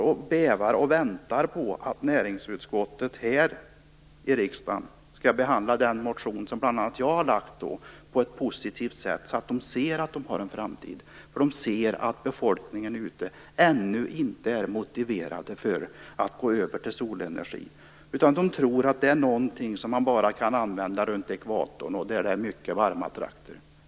De bävar och väntar på att näringsutskottet här i riksdagen skall behandla den motion som bl.a. jag har väckt på ett positivt sätt så att de kan se att de har en framtid. Befolkningen är ännu inte motiverad för att gå över solenergi. Man tror att det är någonting som man bara kan använda runt ekvatorn där det är mycket varmare trakter.